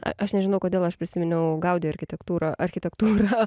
aš nežinau kodėl aš prisiminiau gaudi architektūrą architektūrą